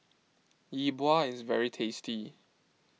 Yi Bua is very tasty